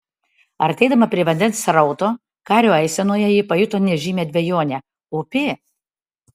artėdama prie vandens srauto kario eisenoje ji pajuto nežymią dvejonę upė